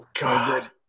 God